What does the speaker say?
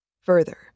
Further